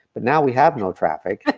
but now we have no traffic.